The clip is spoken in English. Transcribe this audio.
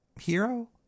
Hero